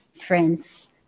friends